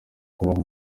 kubaha